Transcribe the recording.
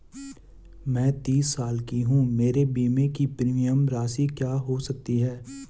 मैं तीस साल की हूँ मेरे बीमे की प्रीमियम राशि क्या हो सकती है?